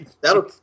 That'll